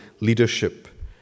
leadership